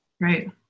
Right